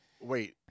Wait